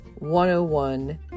101